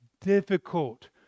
difficult